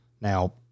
now